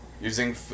using